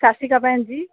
ਸਤਿ ਸ਼੍ਰੀ ਅਕਾਲ ਭੈਣ ਜੀ